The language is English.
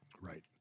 Right